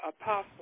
Apostle